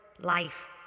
life